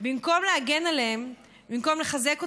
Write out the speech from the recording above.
במקום להגן עליהם, במקום לחזק אותם,